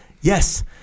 Yes